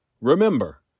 Remember